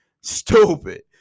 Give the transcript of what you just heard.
Stupid